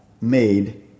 made